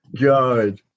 God